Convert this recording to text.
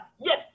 yes